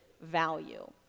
value